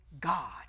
God